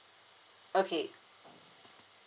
okay